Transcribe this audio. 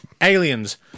Aliens